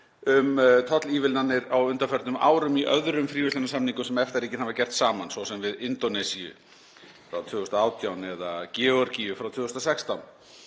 um tollaívilnanir á undanförnum árum í öðrum fríverslunarsamningum sem EFTA-ríkin hafa gert saman, svo sem við Indónesíu frá 2018 eða Georgíu frá 2016.